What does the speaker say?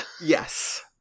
Yes